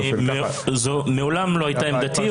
זו מעולם לא הייתה עמדתי,